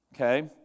Okay